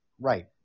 Right